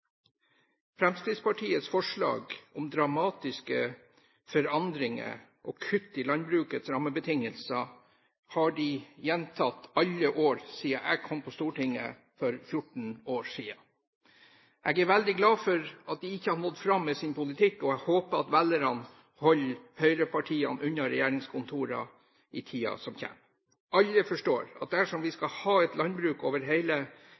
Fremskrittspartiets forslag om dramatiske forandringer og kutt i landbrukets rammebetingelser har de gjentatt i alle år siden jeg kom på Stortinget for 14 år siden. Jeg er veldig glad for at de ikke har nådd fram med sin politikk, og jeg håper at velgerne holder høyrepartiene unna regjeringskontorene i tiden som kommer. Alle forstår at dersom vi skal ha et landbruk over hele